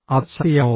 അത് ശക്തിയാണോ